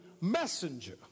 messenger